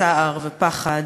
צער ופחד